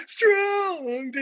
Strong